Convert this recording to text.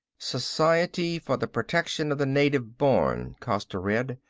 society for the protection of the native born, costa read.